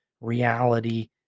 reality